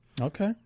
Okay